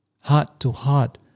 heart-to-heart